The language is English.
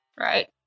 right